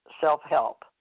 self-help